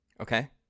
Okay